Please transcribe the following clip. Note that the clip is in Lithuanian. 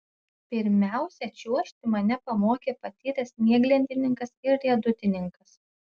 pirmiausia čiuožti mane pamokė patyręs snieglentininkas ir riedutininkas